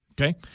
Okay